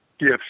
Yes